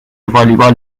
والیبال